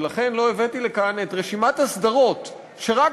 ולכן לא הבאתי לכאן את רשימת הסדרות שרק